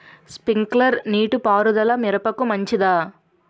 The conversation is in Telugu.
స్ప్రింక్లర్ నీటిపారుదల మిరపకు మంచిదా?